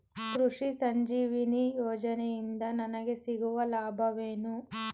ಕೃಷಿ ಸಂಜೀವಿನಿ ಯೋಜನೆಯಿಂದ ನನಗೆ ಸಿಗುವ ಲಾಭವೇನು?